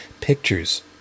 Pictures